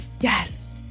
Yes